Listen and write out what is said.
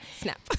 snap